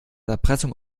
erpressung